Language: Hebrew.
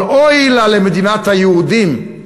אבל אוי לה למדינת היהודים,